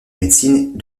médecine